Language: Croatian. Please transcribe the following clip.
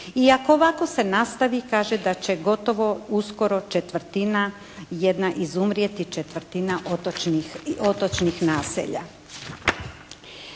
I ako ovako se nastavi kaže da će gotovo uskoro 1/4 jedna izumrijeti 1/4 otočnih naselja.